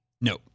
No